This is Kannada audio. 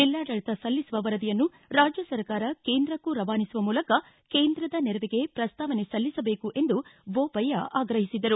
ಜಿಲ್ಲಾಡಳಿತ ಸಲ್ಲಿಸುವ ವರದಿಯನ್ನು ರಾಜ್ಯ ಸರ್ಕಾರ ಕೇಂದ್ರಕ್ಕೂ ರವಾನಿಸುವ ಮೂಲಕ ಕೇಂದ್ರದ ನೆರವಿಗೆ ಪ್ರಸ್ತಾವನೆ ಸಲ್ಲಿಸಬೇಕು ಎಂದು ಬೋಪಯ್ಯ ಆಗ್ರಹಿಸಿದರು